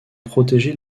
protégé